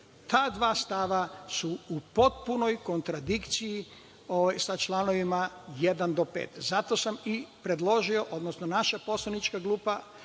Ta dva stava su u potpunoj kontradikciji sa čl. od 1. do 5. Zato sam i predložio, odnosno naša poslanička grupa